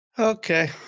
Okay